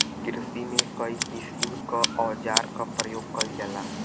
किरसी में कई किसिम क औजार क परयोग कईल जाला